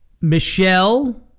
Michelle